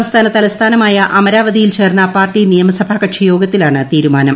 സംസ്ഥാന തലസ്ഥാനമായ അമരാഷ്ട്രിയിൽ ചേർന്ന പാർട്ടി നിയമസഭാകക്ഷി യോഗത്തിലാണ് തീരമാനം